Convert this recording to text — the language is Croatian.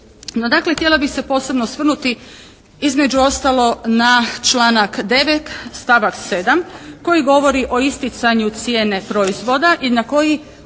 dakle htjela bih se posebno osvrnuti između ostalog na članak 9., stavak 7. koji govori o isticanju cijene proizvoda i na koji udruge